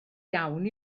iawn